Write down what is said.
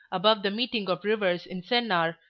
above the meeting of rivers in sennar,